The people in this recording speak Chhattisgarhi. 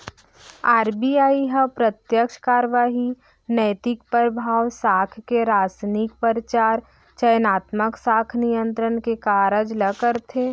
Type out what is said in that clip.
आर.बी.आई ह प्रत्यक्छ कारवाही, नैतिक परभाव, साख के रासनिंग, परचार, चयनात्मक साख नियंत्रन के कारज ल करथे